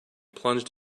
plunged